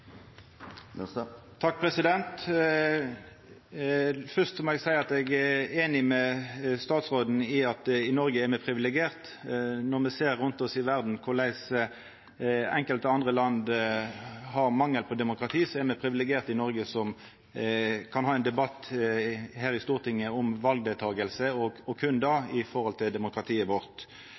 einig med statsråden i at i Noreg er me privilegerte. Når me ser rundt oss i verda korleis det i enkelte andre land er mangel på demokrati, er me i Noreg privilegerte som kan ha ein debatt her i Stortinget om valdeltaking og berre det, med omsyn til demokratiet vårt.